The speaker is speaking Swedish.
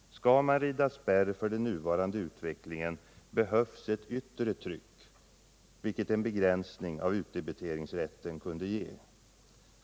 Skall man rida spärr mot den nuvarande utvecklingen behövs ett yttre tryck, vilket en begränsning av utdebiteringsrätten kunde utgöra.